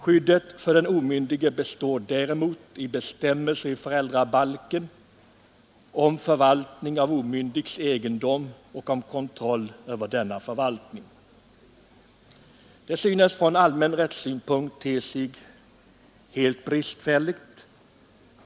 Skyddet för den omyndige består däremot i bestämmelser i föräldrabalken om förvaltning av omyndigs egendom och om kontroll över denna förvaltning. Från allmän rättssynpunkt ter detta sig helt bristfälligt.